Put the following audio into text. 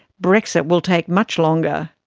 brexit will take much longer.